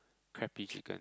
crappy chicken